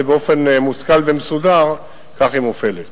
ובאופן מושכל ומסודר כך היא מופעלת.